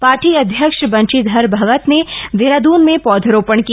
party अध्यक्ष बंशीधर भगत ने देहरादुन में पौधारोपण किया